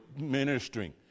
ministering